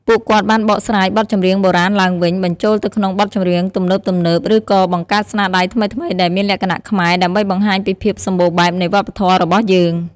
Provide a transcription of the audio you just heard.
ពួកគាត់បានបកស្រាយបទចម្រៀងបុរាណឡើងវិញ បញ្ចូលទៅក្នុងបទចម្រៀងទំនើបៗ ឬក៏បង្កើតស្នាដៃថ្មីៗដែលមានលក្ខណៈខ្មែរ ដើម្បីបង្ហាញពីភាពសម្បូរបែបនៃវប្បធម៌របស់យើង។